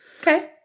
Okay